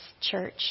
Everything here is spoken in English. church